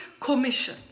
commission